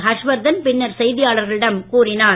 ஹர்ஷ்வர்தன் பின்னர் செய்தியாளர்களிடம் கூறினார்